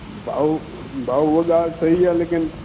भाऊ भाऊ उहो ॻाल्हि सही आहे लेकिन